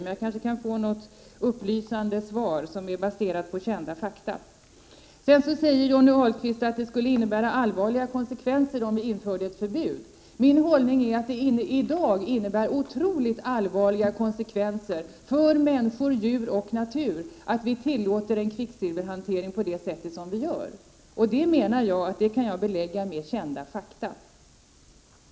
Men jag kan kanske få något upplysande svar baserat på kända fakta. Johnny Ahlqvist säger att det skulle leda till allvarliga konsekvenser om vi införde ett förbud mot amalgam. Min hållning är den att det i dag leder till otroligt allvarliga konsekvenser för människor, djur och natur att vi tillåter en kvicksilverhantering på det sätt som vi gör. Jag menar att jag kan belägga detta med kända fakta.